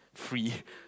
free